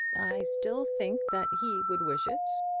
i still think that he would wish it.